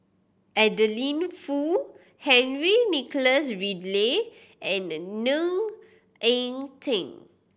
Adeline Foo Henry Nicholas Ridley and the Ne Eng Teng